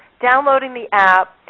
downloading the app,